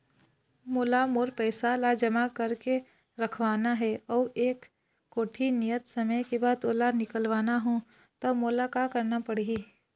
मोला मोर पैसा ला जमा करके रखवाना हे अऊ एक कोठी नियत समय के बाद ओला निकलवा हु ता मोला का करना पड़ही?